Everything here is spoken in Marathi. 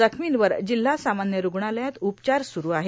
जखमींवर जिल्हा सामान्य रुग्णालयात उपचार सुरु आहेत